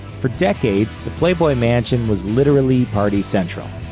for decades, the playboy mansion was literally party central.